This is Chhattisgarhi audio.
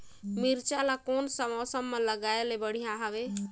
मिरचा ला कोन सा मौसम मां लगाय ले बढ़िया हवे